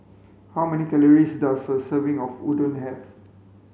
how many calories does a serving of Udon have